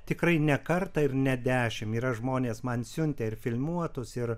tikrai ne kartą ir ne dešimt yra žmonės man siuntė ir filmuotus ir